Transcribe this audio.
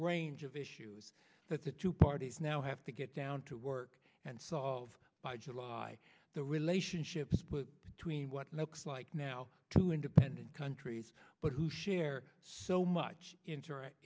range of issues that the two parties now have to get down to work and solve by july the relationship between what looks like now two independent countries but who share so much inter